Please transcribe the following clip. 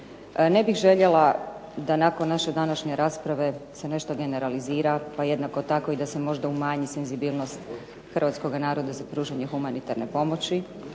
Ne bih željela da nakon naše današnje rasprave se nešto generalizira pa jednako tako i da se možda umanji senzibilnost hrvatskoga naroda za pružanje humanitarne pomoći